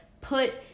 put